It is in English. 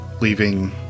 leaving